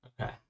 Okay